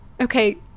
okay